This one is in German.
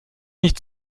nicht